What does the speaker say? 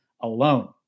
alone